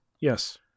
Yes